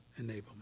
enablement